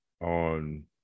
on